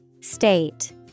State